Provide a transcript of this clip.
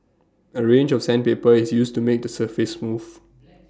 A range of sandpaper is used to make the surface smooth